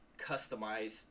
customize